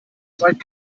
zeigt